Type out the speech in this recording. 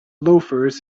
loafers